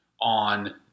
on